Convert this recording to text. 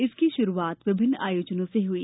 इसकी शुरूआत विभिन्न आयोजनों से हुई